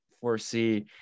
foresee –